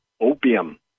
opium